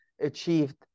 achieved